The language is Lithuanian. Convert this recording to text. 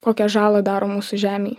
kokią žalą daro mūsų žemei